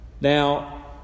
Now